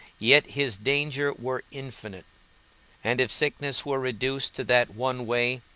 yet his danger were infinite and if sickness were reduced to that one way,